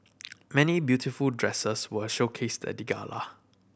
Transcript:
many beautiful dresses were showcased at the gala